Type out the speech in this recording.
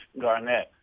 Garnett